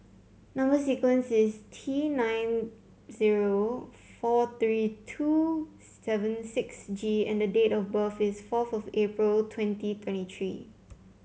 number sequence is T nine zero four three two seven six G and the date of birth is fourth of April twenty twenty three